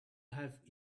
have